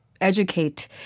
educate